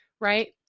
right